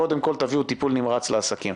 קודם כל תביאו טיפול נמרץ לעסקים.